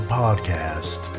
podcast